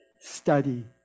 study